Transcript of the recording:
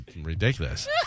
ridiculous